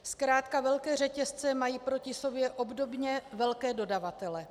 Zkrátka velké řetězce mají proti sobě obdobně velké dodavatele.